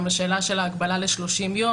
גם השאלה של ההגבלה ל-30 יום,